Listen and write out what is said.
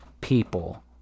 people